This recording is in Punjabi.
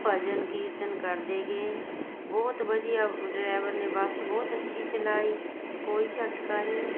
ਭਜਨ ਕੀਰਤਨ ਕਰਦੇ ਗਏ ਬਹੁਤ ਵਧੀਆ ਡਰੈਵਰ ਨੇ ਬੱਸ ਬਹੁਤ ਅੱਛੀ ਚਲਾਈ ਕੋਈ ਝਟਕਾ ਨਹੀਂ